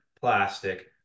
plastic